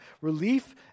relief